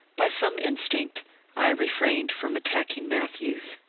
by some instinct i refrained from attacking matthews.